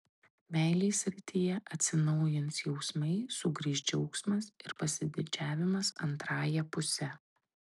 meilės srityje atsinaujins jausmai sugrįš džiaugsmas ir pasididžiavimas antrąja puse